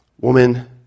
Woman